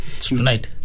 Tonight